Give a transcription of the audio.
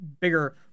bigger